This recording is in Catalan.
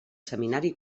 seminari